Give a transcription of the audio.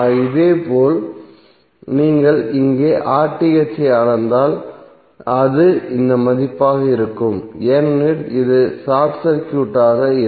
இதேபோல் நீங்கள் இங்கே ஐ அளந்தால் அது இந்த மதிப்பாக இருக்கும் ஏனெனில் இது ஷார்ட் சர்க்யூட்டாக இருக்கும்